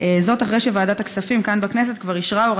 אחרי שוועדת הכספים כאן,